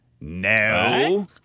No